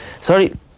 sorry